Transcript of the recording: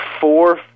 four